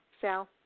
Sal